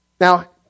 Now